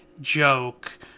joke